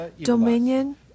dominion